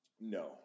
No